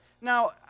Now